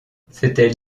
c’était